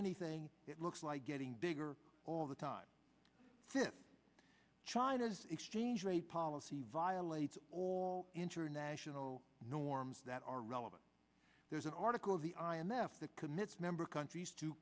anything it looks like getting bigger all the time since china's exchange rate policy violates all international norms that are relevant there is an article of the i m f that commits member countries to